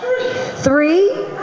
Three